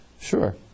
Sure